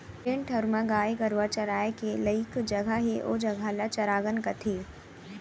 जेन ठउर म गाय गरूवा चराय के लइक जघा हे ओ जघा ल चरागन कथें